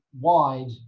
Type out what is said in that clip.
wide